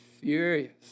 furious